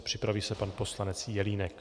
Připraví se pan poslance Jelínek.